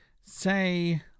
say